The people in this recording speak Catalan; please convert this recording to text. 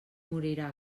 morirà